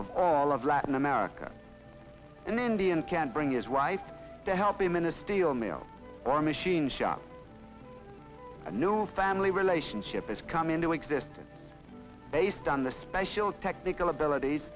of all of latin america and india and can bring his wife to help him in a steel mill or machine shop a new family relationship is come into existence based on the special technical abilit